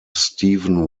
steven